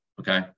okay